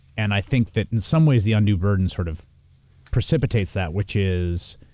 and i think that in some ways, the undue burden sort of precipitates that, which is,